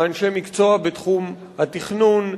מאנשי מקצוע בתחום התכנון,